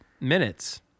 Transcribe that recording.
minutes